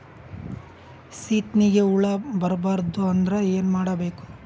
ಸೀತ್ನಿಗೆ ಹುಳ ಬರ್ಬಾರ್ದು ಅಂದ್ರ ಏನ್ ಮಾಡಬೇಕು?